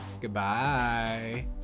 Goodbye